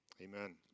Amen